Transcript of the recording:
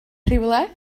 rhywle